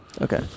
Okay